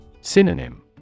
Synonym